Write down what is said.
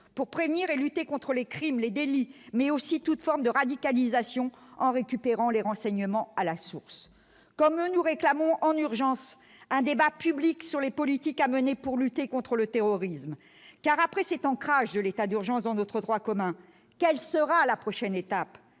pour prévenir et lutter contre les crimes, les délits mais aussi toute forme de radicalisation en récupérant les renseignements à la source comme nous réclamons en urgence un débat public sur les politiques à mener pour lutter contre le terrorisme, car après cet ancrage de l'état d'urgence dans notre droit commun, quelle sera la prochaine étape,